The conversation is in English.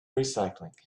recycling